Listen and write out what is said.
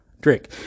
drink